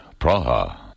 Praha